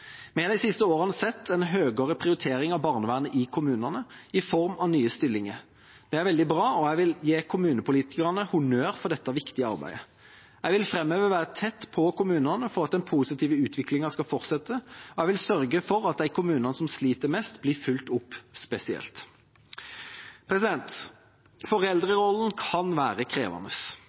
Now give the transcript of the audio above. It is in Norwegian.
Vi har de siste årene sett en høyere prioritering av barnevernet i kommunene, i form av nye stillinger. Det er veldig bra, og jeg vil gi kommunepolitikerne honnør for dette viktige arbeidet. Jeg vil framover være tett på kommunene for at den positive utviklingen skal fortsette, og jeg vil sørge for at de kommunene som sliter mest, blir fulgt opp spesielt. Foreldrerollen kan være krevende.